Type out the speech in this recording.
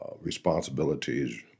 responsibilities